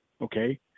okay